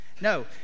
No